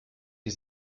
die